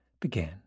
began